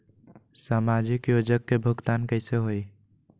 समाजिक योजना के भुगतान कैसे होई?